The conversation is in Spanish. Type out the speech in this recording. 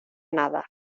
nada